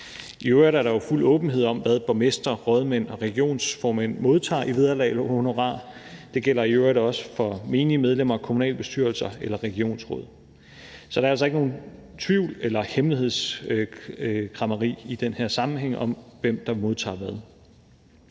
I øvrigt er der jo fuld åbenhed om, hvad borgmestre, rådmænd og regionsformænd modtager i vederlag og honorar. Det gælder i øvrigt også for menige medlemmer af kommunalbestyrelser eller regionsråd. Så der er altså ikke nogen tvivl eller noget hemmelighedskræmmeri i den her sammenhæng om, hvem der modtager hvad.